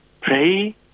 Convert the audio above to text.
pray